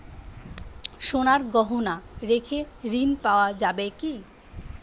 সোনার গহনা রেখে ঋণ পাওয়া যাবে কি?